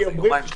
שוב